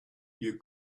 you